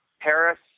Paris